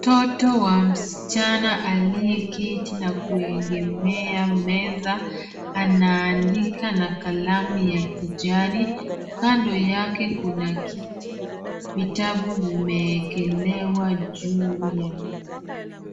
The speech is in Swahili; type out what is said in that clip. Mtoto wa msichana aliyeketi na kuegemea meza na anaandika na kalamu ya kijani kando yake kuna kiti vitabu vimeekelewa juu ya meza.